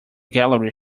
gallery